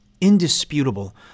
indisputable